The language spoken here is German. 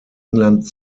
england